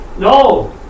No